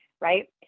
right